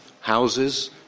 houses